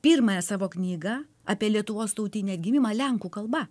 pirmąją savo knygą apie lietuvos tautinį atgimimą lenkų kalba